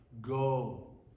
Go